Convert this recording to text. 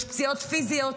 יש פציעות פיזיות,